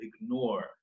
ignore